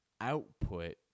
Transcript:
output